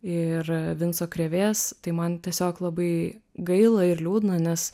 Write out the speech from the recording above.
ir vinco krėvės tai man tiesiog labai gaila ir liūdna nes